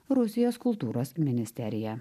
rusijos kultūros ministerija